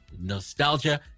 nostalgia